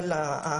אבל יש